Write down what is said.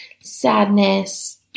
sadness